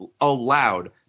allowed